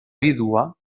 vídua